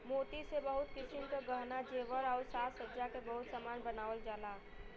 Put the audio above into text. मोती से बहुत किसिम क गहना जेवर आउर साज सज्जा के बहुत सामान बनावल जाला